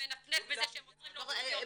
ומנפנף בזה שהם עוזרים לאוכלוסיות מוחלשות.